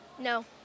No